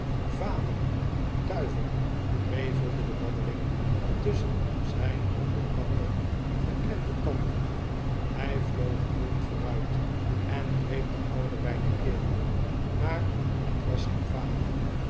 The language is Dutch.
vader duivel prevelde de banneling tuschen zijn op elkander geklemde tanden hij vloog woedend vooruit ea greep den oude bij de keel maar hei was zijn vader